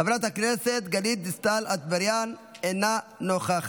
חברת הכנסת גלית דיסטל אטבריאן, אינה נוכחת.